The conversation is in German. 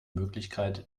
möglichkeit